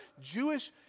Jewish